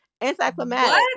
anti-climatic